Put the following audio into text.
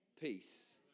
peace